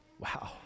Wow